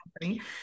company